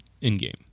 in-game